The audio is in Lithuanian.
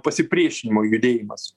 pasipriešinimo judėjimas